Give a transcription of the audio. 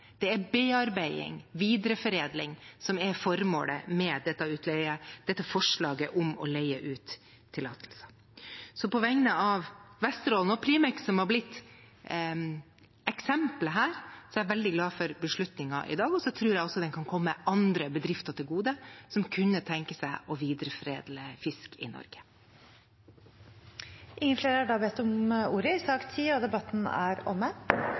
det er bearbeiding, videreforedling, som er formålet med dette forslaget om å leie ut tillatelser. Så på vegne av Vesterålen og Primex, som har blitt eksempelet her, er jeg veldig glad for beslutningen i dag. Jeg tror den også kan komme andre bedrifter til gode som kunne tenke seg å videreforedle fisk i Norge. Flere har ikke bedt om ordet til sak nr. 10. Etter ønske fra næringskomiteen vil presidenten ordne debatten